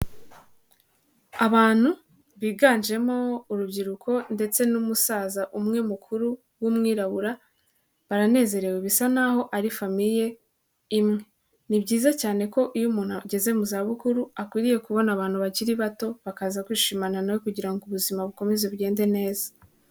Abantu biganjemo urubyiruko ndetse n'umusaza umwe mukuru w'umwirabura, baranezerewe. Bisa nkaho ari famille imwe ni byiza cyane ko iyo umuntu ageze mu za bukuru akwiriye kubona abantu bakiri bato bakaza kwishimana na we, kugira ngo ubuzima bukomeze bugende neza.